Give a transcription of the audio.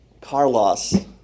Carlos